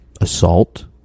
Assault